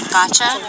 Gotcha